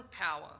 power